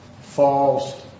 falls